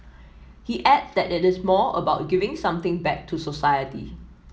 he adds that it is more about giving something back to society